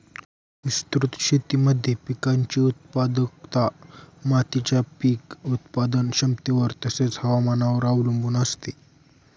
विस्तृत शेतीमध्ये पिकाची उत्पादकता मातीच्या पीक उत्पादन क्षमतेवर तसेच, हवामानावर अवलंबून असते